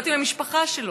להיות עם המשפחה שלו.